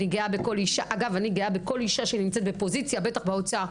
אני גאה בכל אישה שנמצאת בפוזיציה, בטח באוצר.